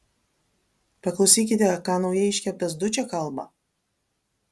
paklausykite ką naujai iškeptas dučė kalba